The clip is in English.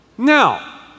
Now